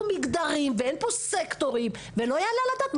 מגדרים ואין פה סקטורים ולא יעלה על הדעת,